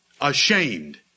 ashamed